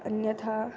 अन्यथा